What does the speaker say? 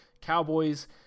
Cowboys